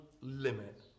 limit